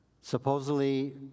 supposedly